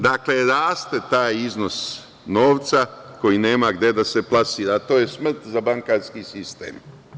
Dakle, raste taj iznos novca koji nema gde da se plasira, a to je smrt za bankarski sistem.